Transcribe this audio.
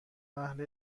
اهل